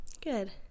good